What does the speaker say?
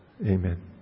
Amen